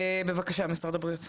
בבקשה, משרד הבריאות.